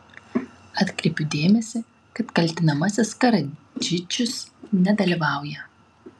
atkreipiu dėmesį kad kaltinamasis karadžičius nedalyvauja